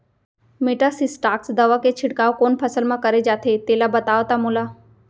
Metasystox दवा के छिड़काव कोन फसल म करे जाथे तेला बताओ त मोला?